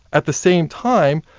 at the same time,